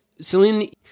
Celine